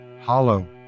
hollow